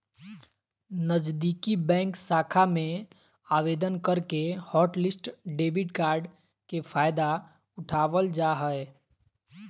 नजीदीकि बैंक शाखा में आवेदन करके हॉटलिस्ट डेबिट कार्ड के फायदा उठाबल जा हय